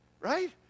right